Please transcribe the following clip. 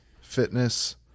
fitness